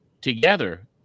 together